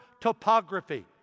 topography